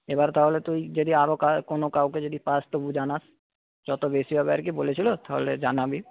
এবার তাহলে তুই যদি আরো কোন কাউকে যদি পাস তবু জানাস যত বেশী হবে আর কি বলেছিল তাহলে জানাবি